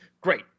Great